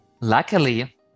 Luckily